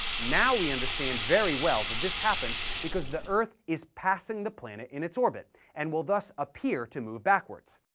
now we understand very well that this happens because the earth is passing the planet in its orbit, and will thus appear to move backwards.